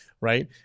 Right